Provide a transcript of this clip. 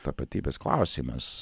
tapatybės klausimas